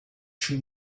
two